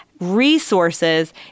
resources